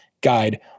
guide